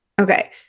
okay